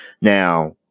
Now